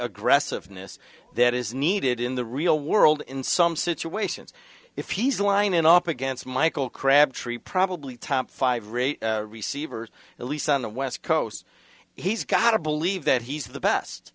aggressiveness that is needed in the real world in some situations if he's lying in up against michael crabtree probably top five or eight receivers at least on the west coast he's gotta believe that he's the best